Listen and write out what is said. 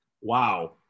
wow